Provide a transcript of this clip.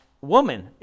woman